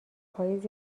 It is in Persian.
پاییز